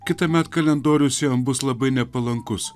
kitąmet kalendorius jam bus labai nepalankus